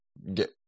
get